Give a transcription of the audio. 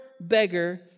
beggar